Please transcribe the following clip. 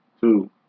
two